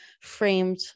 framed